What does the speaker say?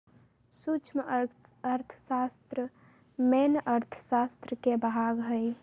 सूक्ष्म अर्थशास्त्र मेन अर्थशास्त्र के भाग हई